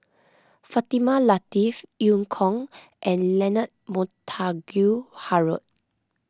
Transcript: Fatimah Lateef Eu Kong and Leonard Montague Harrod